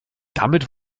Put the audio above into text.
damit